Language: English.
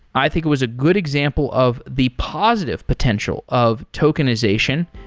i think it was a good example of the positive potential of tokenization,